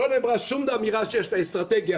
לא נאמרה שום אמירה שיש לה אסטרטגיה.